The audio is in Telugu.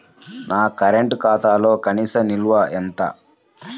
నా కరెంట్ ఖాతాలో కనీస నిల్వ ఎంత?